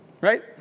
Right